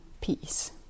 peace